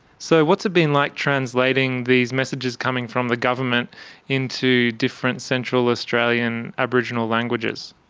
so what's it been like translating these messages coming from the government into different central australian aboriginal languages?